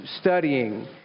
studying